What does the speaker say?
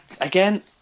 Again